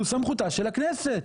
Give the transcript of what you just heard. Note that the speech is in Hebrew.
זו סמכותה של הכנסת,